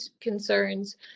concerns